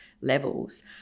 levels